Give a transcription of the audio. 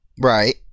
right